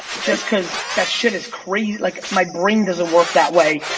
just cause that shit is crazy. like, my brain doesn't work that way.